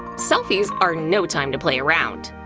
selfies are no time to play around.